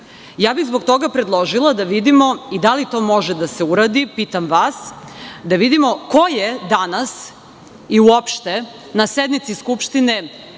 toga bih predložila da vidimo i da li to može da se uradi, pitam vas, da vidimo ko je danas i uopšte na sednici Skupštine